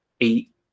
eight